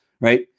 right